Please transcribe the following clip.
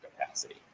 capacity